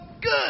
Good